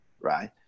Right